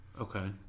Okay